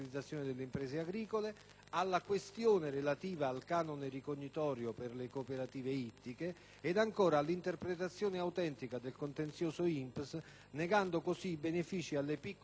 alla questione relativa al canone ricognitorio per le cooperative ittiche, ed ancora all'interpretazione autentica del contenzioso INPS, negando, così, i benefici alle piccole cooperative agricole.